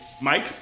Mike